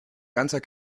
ganzer